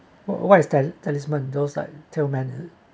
what is the talisman those like til~